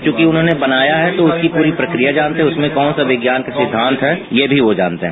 चुकि उन्होंने बनाया है तो उसकी पूरी प्रक्रिया जानते हैं उसमें कौन सा विज्ञान का सिद्वान्त है ये भी वो जानते हैं